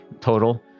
total